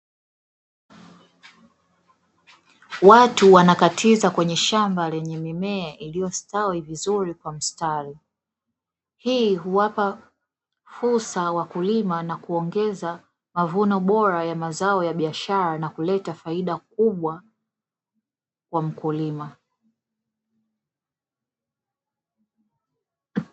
Watu wanakatiza kwenye shamba lenye mimea iliyostawi vizuri kwa mstari, hii huwapa fursa wakulima na kuongeza mavuno bora ya mazao ya biashara na kuleta faida kubwa kwa mkulima.